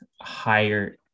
higher